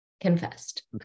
confessed